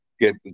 get